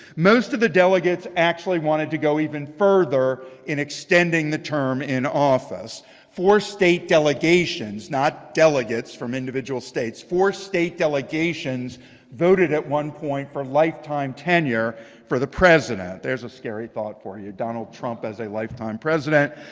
most of the delegates actually wanted to go even further in extending the term in office for state delegations, not delegates from individual states, for state delegations voted at one point for lifetime tenure for the president. there's a scary thought for you. donald trump as a lifetime president.